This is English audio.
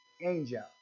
angel